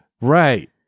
Right